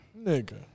Nigga